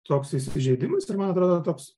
toks įsižeidimas ir man atrodo toks